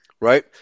right